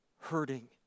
hurting